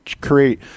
create